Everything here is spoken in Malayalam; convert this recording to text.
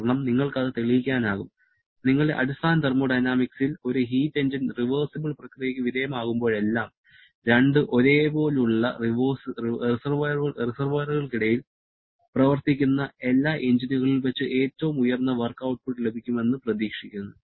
കാരണം നിങ്ങൾക്ക് അത് തെളിയിക്കാനാകും നിങ്ങളുടെ അടിസ്ഥാന തെർമോഡൈനാമിക്സിൽ ഒരു ഹീറ്റ് എഞ്ചിൻ റിവേർസിബിൾ പ്രക്രിയയ്ക്ക് വിധേയമാകുമ്പോഴെല്ലാം രണ്ട് ഒരേ പോലുള്ള റിസെർവോയറുകൾക്കിടയിൽ പ്രവർത്തിക്കുന്ന എല്ലാ എഞ്ചിനുകളിൽ വെച്ച് ഏറ്റവും ഉയർന്ന വർക്ക് ഔട്ട്പുട്ട് ലഭിക്കുമെന്ന് പ്രതീക്ഷിക്കുന്നു